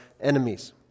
enemies